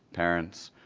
parents,